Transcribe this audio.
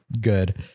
good